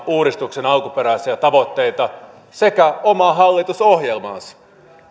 uudistuksen alkuperäisiä tavoitteita sekä omaa hallitusohjelmaansa